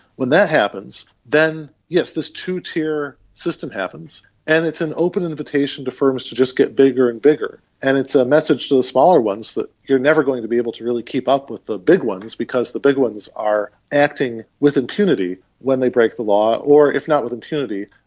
when that happens, then yes, this two-tier system happens and it's an open invitation to firms to just get bigger and bigger, and it's a message to the smaller ones that you are never going to be able to really keep up with the big ones because the big ones are acting with impunity when they break the law or, if not with impunity,